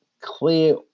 clear